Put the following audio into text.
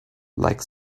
like